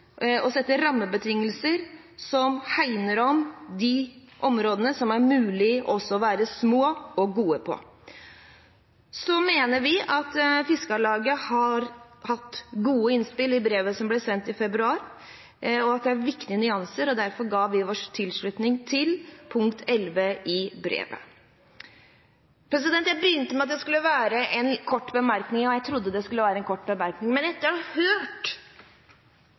mulig å være små og gode på. Og så mener vi at Fiskarlaget hadde gode innspill i brevet som ble sendt i februar, og at det er viktige nyanser, og derfor ga vi vår tilslutning til punkt 11 i brevet. Jeg begynte med å si at dette skulle være en kort bemerkning, og jeg trodde det skulle være det. Men etter å ha hørt